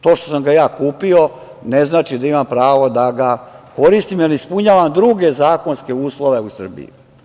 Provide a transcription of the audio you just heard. To što sam ga ja kupio ne znači da imam pravo da ga koristim, jer ne ispunjavam druge zakonske uslove u Srbiji.